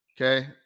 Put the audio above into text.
okay